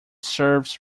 serves